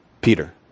Peter